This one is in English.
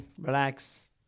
relax